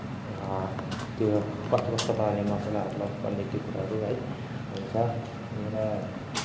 र त्यो कस्तो कस्तो पाराले मसलाहरू लाउनु पर्ने त्यो कुराहरू है हुन्छ अनिखेर